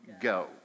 go